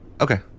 Okay